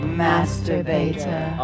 masturbator